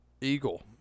Eagle